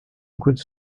enquanto